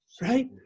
right